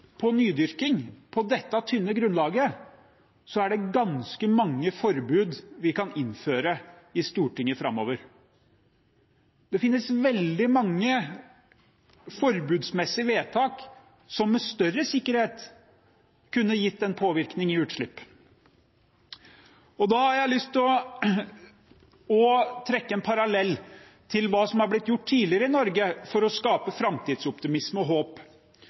vi kan innføre i Stortinget framover. Det finnes veldig mange forbudsmessige vedtak som med større sikkerhet kunne gitt en påvirkning i utslipp. Da har jeg lyst til å trekke en parallell til hva som er blitt gjort tidligere i Norge for å skape framtidsoptimisme og håp.